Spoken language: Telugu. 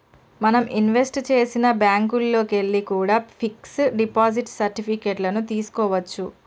మనం ఇన్వెస్ట్ చేసిన బ్యేంకుల్లోకెల్లి కూడా పిక్స్ డిపాజిట్ సర్టిఫికెట్ లను తీస్కోవచ్చు